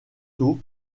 tôt